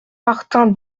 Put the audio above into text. martin